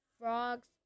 frogs